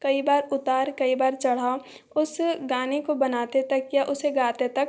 कई बार उतार कई बार चढ़ाव उस गाने को बनाते तक या उसे गाते तक